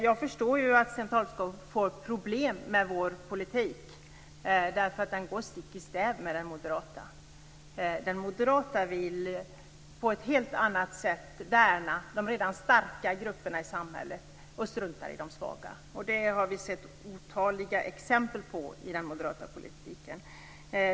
Jag förstår att Sten Tolgfors får problem med vår politik, för den går stick i stäv med den moderata. Den moderata vill på ett helt annat sätt värna de redan starka grupperna i samhället och strunta i de svaga. Det har vi sett otaliga exempel på i den moderata politiken.